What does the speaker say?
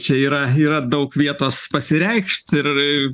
čia yra yra daug vietos pasireikšt ir